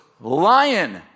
Lion